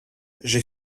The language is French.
j’ai